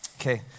Okay